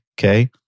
okay